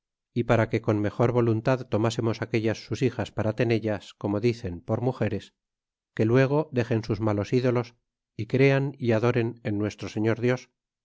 y para que con mejor voluntad tomásemos aquellas sus hijas para tenellas como dicen por mugeres que luego dexen sus malos ídolos y crean y adoren en nuestro señor dios que